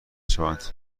شوند